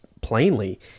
plainly